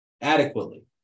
adequately